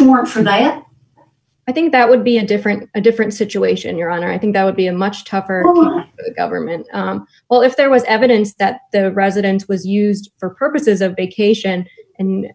warrant for that i think that would be a different a different situation your honor i think that would be a much tougher government well if there was evidence that the residence was used for purposes of vacation and